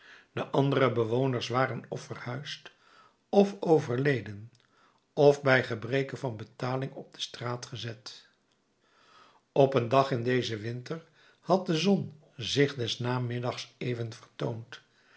de andere bewoners waren of verhuisd of overleden of bij gebreke van betaling op de straat gezet op een dag in dezen winter had de zon zich des namiddags even vertoond